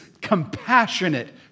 compassionate